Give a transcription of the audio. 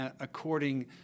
according